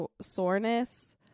soreness